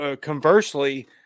conversely